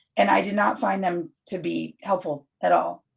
and i did not find them to be helpful at all.